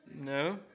No